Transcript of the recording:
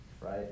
right